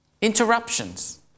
Interruptions